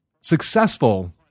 successful